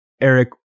Eric